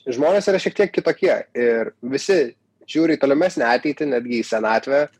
žmonės yra šiek tiek kitokie ir visi žiūri į tolimesnę ateitį netgi į senatvę